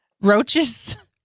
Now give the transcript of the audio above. Roaches